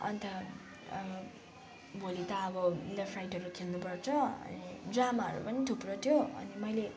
अन्त भोलि त अब लेफ्ट राइटहरू खेल्नुपर्छ अनि ड्रामाहरू पनि थुप्रो थियो अनि मैले